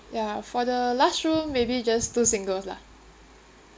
ya for the last room maybe just two singles lah